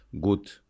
good